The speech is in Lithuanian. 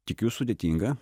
tikiu sudėtinga